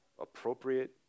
appropriate